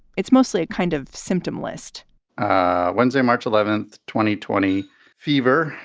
it's mostly a kind of symptom list wednesday, march eleventh, twenty twenty fever.